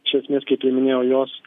iš esmės kaip ir minėjau jos